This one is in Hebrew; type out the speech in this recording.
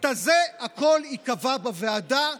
הכול ייקבע בוועדה,